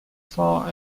far